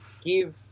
give